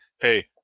hey